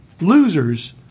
Losers